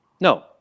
No